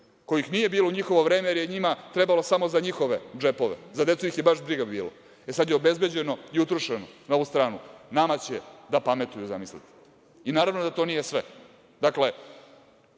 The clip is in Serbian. kojih nije bilo u njihovo vreme, jer je njima trebalo samo za njihove džepove, za decu ih je bilo baš briga. Sada je obezbeđeno i utrošeno na ovu stranu. Nama će da pametuju, zamislite. Naravno da to nije sve.